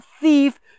thief